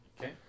Okay